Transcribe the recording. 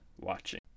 watching